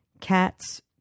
Cats